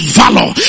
valor